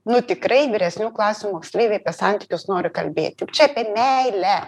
nu tikrai vyresnių klasių moksleiviai apie santykius nori kalbėt juk čia meile